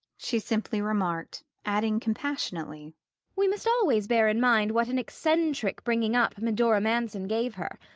she simply remarked adding compassionately we must always bear in mind what an eccentric bringing-up medora manson gave her.